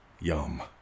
Yum